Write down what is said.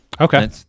Okay